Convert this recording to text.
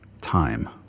Time